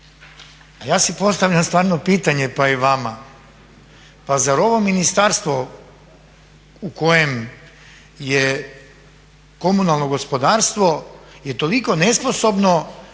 ja si postavljam stvarno pitanje, pa i vama pa zar ovo ministarstvo u kojem je komunalno gospodarstvo je toliko nesposobno